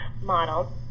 model